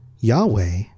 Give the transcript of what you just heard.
Yahweh